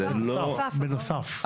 בנוסף.